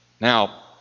Now